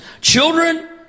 Children